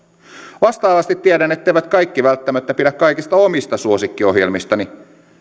monia suomalaisia vastaavasti tiedän että eivät kaikki välttämättä pidä kaikista omista suosikkiohjelmistani